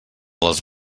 les